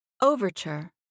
Overture